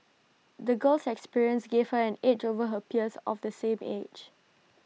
the girl's experiences gave her an edge over her peers of the same age